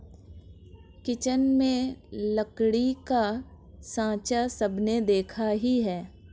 kitchen में लकड़ी का साँचा सबने देखा ही है